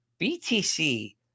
BTC